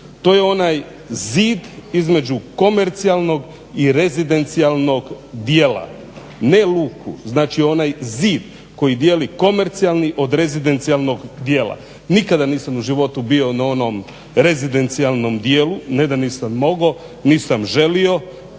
to je onaj zid između komercijalnog i rezidencijalnog dijela. Ne luku, znači onaj zid koji dijeli komercijalni od rezidencijalnog dijela. Nikada nisam u životu bio na onom rezidencijalnom dijelu, ne da nisam mogao, nisam želio,